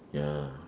ya